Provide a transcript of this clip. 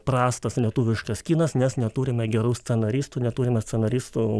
prastas lietuviškas kinas nes neturime gerų scenaristų neturime scenaristų